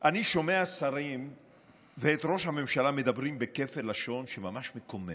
אני שומע שרים ואת ראש הממשלה מדברים בכפל לשון שממש מקומם.